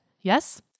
yes